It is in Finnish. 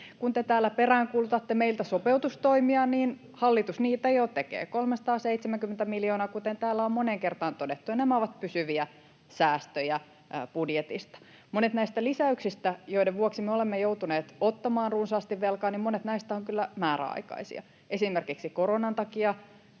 Kun te täällä peräänkuulutatte meiltä sopeutustoimia, niin hallitus niitä jo tekee, 370 miljoonaa, kuten täällä on moneen kertaan todettu, ja nämä ovat pysyviä säästöjä budjetista. Monet näistä lisäyksistä, joiden vuoksi me olemme joutuneet ottamaan runsaasti velkaa, ovat kyllä määräaikaisia, esimerkiksi koronan takia